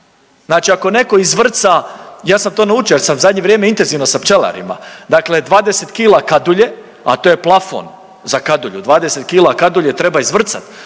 Znači ako netko izvrca, ja sam to naučio jer sam zadnje vrijeme intenzivno sa pčelarima. Dakle, 20 kila kadulje, a to je plafon za kadulju. 20 kila kadulje treba izvrcati.